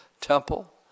temple